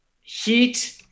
heat